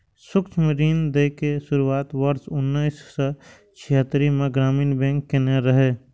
सूक्ष्म ऋण दै के शुरुआत वर्ष उन्नैस सय छिहत्तरि मे ग्रामीण बैंक कयने रहै